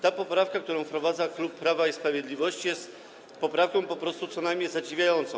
Ta poprawka, którą wprowadza klub Prawo i Sprawiedliwość, jest poprawką po prostu co najmniej zadziwiającą.